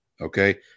Okay